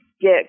get